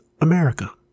America